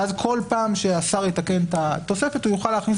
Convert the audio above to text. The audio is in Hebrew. ואז כל פעם שהשר יתקן את התוספת הוא יוכל להכניס